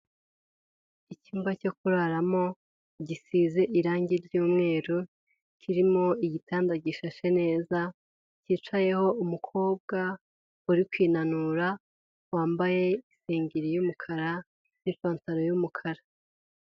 Icyumba cyo kuraramo gisize irangi ry'umweru kirimo igitanda gishashe neza, cyicayeho umukobwa uri kwinanura wambaye isengeri y'umukara n'ipantaro yumukara.